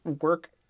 work